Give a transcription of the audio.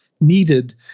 needed